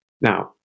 Now